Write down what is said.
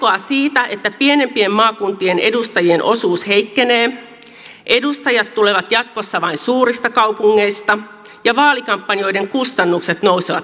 pelkoa siitä että pienempien maakuntien edustajien osuus heikkenee edustajat tulevat jatkossa vain suurista kaupungeista ja vaalikampanjoiden kustannukset nousevat merkittävästi